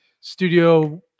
studio